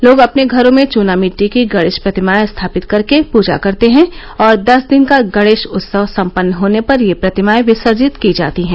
लोग अपने घरों में चूनामिट्टी की गणेश प्रतिमाएं स्थापित करके पूजा करते हैं और दस दिन का गणेश उत्सव सम्पन्न होने पर ये प्रतिमाएं विसर्जित की जाती हैं